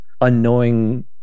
unknowing